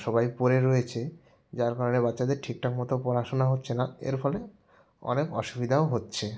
সবাই পড়ে রয়েছে যার কারণে বাচ্চাদের ঠিকঠাক মতো পড়াশুনা হচ্ছে না এর ফলে অনেক অসুবিধাও হচ্ছে